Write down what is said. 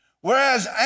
whereas